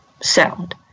sound